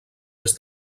des